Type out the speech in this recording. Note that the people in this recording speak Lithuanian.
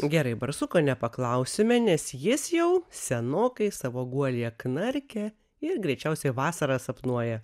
gerai barsuko nepaklausime nes jis jau senokai savo guolyje knarkia ir greičiausiai vasarą sapnuoja